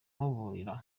amuburira